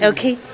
Okay